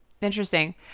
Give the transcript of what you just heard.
Interesting